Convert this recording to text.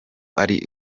ari